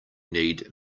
need